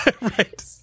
Right